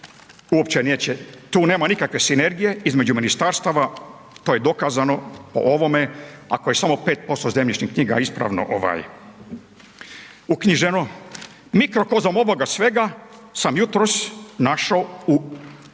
uopće neće, tu nema nikakve sinergije između ministarstava, to je dokazano o ovome, ako je samo 5% zemljišnih knjiga ispravo, uknjiženo. .../Govornik se ne razumije./...